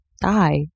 die